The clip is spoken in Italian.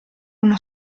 uno